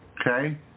okay